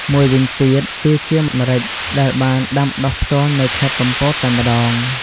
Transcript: មួយវិញទៀត វាជាម្រេចដែលបានដាំដុះផ្ទាល់នៅខេត្តកំពតតែម្ដង។